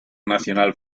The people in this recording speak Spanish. nacional